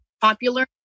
popular